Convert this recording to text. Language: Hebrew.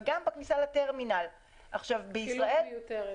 וגם בכניסה לטרמינל --- כפילות מיותרת.